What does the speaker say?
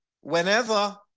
whenever